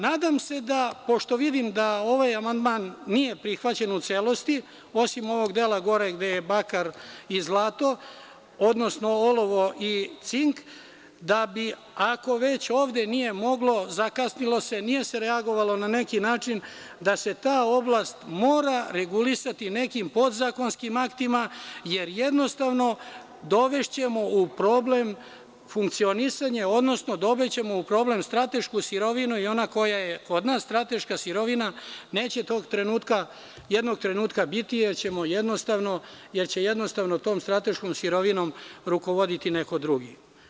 Nadam se da, pošto vidim da ovaj amandman nije prihvaćen u celosti, osim ovog dela gore gde je bakar i zlato, odnosno olovo i cink, da bi ako već ovde nije moglo, zakasnilo se, nije se reagovalo, na neki način da se ta oblast mora regulisati nekim podzakonskim aktima, jer jednostavno dovešćemo u problem funkcionisanje, odnosno dovešćemo u problem stratešku sirovinu i ona koja je kod nas strateška sirovina neće tog trenutka, jednog trenutka biti, jer će jednostavno tom strateškom sirovinom rukovoditi neko drugi.